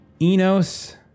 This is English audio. Enos